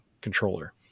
controller